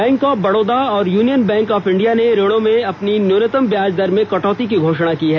bank of Baroda और union bank of India ने ऋणों पर अपनी न्यूनतम ब्याज दर में कटौती की घोषणा की हैं